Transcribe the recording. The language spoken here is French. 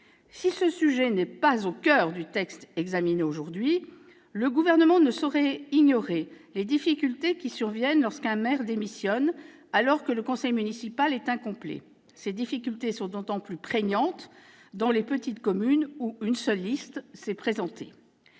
Si ce sujet n'est pas au coeur du texte examiné aujourd'hui, le Gouvernement ne saurait ignorer les difficultés qui surviennent lorsqu'un maire démissionne alors que le conseil municipal est incomplet. Ces difficultés sont d'autant plus prégnantes dans les petites communes où une seule liste s'est présentée.